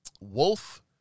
Wolf